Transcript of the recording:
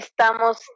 Estamos